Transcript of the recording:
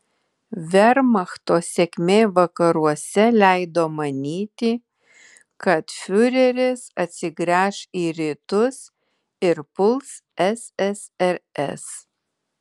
vermachto sėkmė vakaruose leido manyti kad fiureris atsigręš į rytus ir puls ssrs